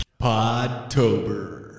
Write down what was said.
Podtober